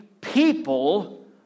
people